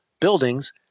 buildings –